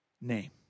name